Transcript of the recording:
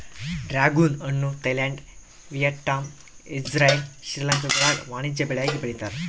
dragon ಹಣ್ಣು Thailand Vietnam Israel ಶ್ರೀಲಂಕಾಗುಳಾಗ ವಾಣಿಜ್ಯ ಬೆಳೆಯಾಗಿ ಬೆಳೀತಾರ